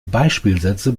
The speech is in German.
beispielsätze